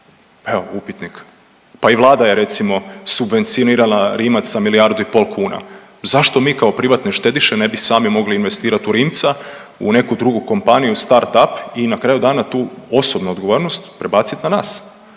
Evo, upitnik. Pa i Vlada je, recimo subvencionirala Rimac sa milijardu i pol kuna. Zašto mi kao privatni štediše ne bi sami mogli investirati u Rimca, u neku drugu kompaniju statup i na kraju dana, tu osobnu odgovornost prebaciti na nas